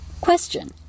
Question